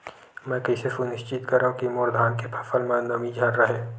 मैं कइसे सुनिश्चित करव कि मोर धान के फसल म नमी झन रहे?